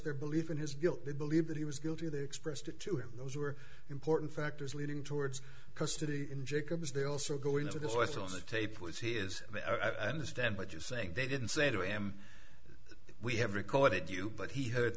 their belief in his guilt they believed that he was guilty they expressed it to him those were important factors leading towards custody in jacobs they also go into the source on the tape was he is understand what you're saying they didn't say to him we have recorded you but he h